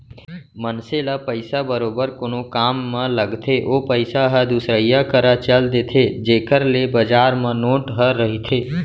मनसे ल पइसा बरोबर कोनो काम म लगथे ओ पइसा ह दुसरइया करा चल देथे जेखर ले बजार म नोट ह रहिथे